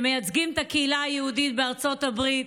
שמייצגים את הקהילה היהודית בארצות הברית.